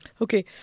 Okay